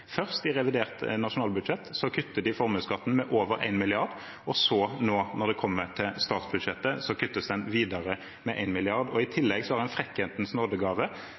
Først kutter de formuesskatten med over 1 mrd. kr i revidert nasjonalbudsjett, og så, når det kommer til statsbudsjettet, kuttes den videre med 1 mrd. kr. I tillegg har en